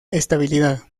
estabilidad